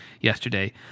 yesterday